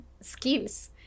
skills